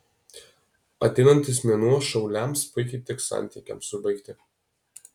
ateinantis mėnuo šauliams puikiai tiks santykiams užbaigti